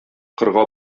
кырга